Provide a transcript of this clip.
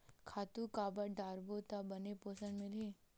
खातु काबर डारबो त बने पोषण मिलही?